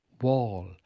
wall